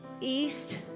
east